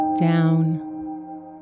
down